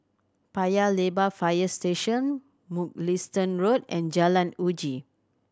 Paya Lebar Fire Station Mugliston Road and Jalan Uji